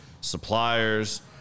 suppliers